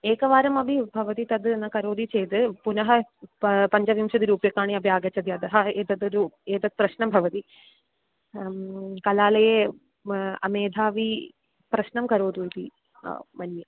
एकवारमपि भवति तत् न करोति चेत् पुनः पञ्चविंशतिरूप्यकाणि अपि आगच्छति अतः एतत् रू एतत् प्रश्नं भवती कलालये अमेधावि प्रश्नं करोतु इति मन्ये